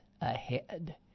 ahead